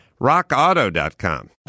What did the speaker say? RockAuto.com